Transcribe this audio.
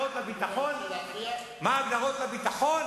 מה ההגדרות לביטחון?